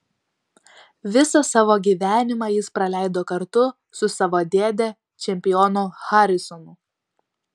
visą savo gyvenimą jis praleido kartu su savo dėde čempionu harisonu